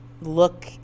look